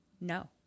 No